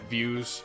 Views